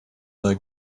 their